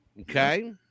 Okay